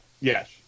Yes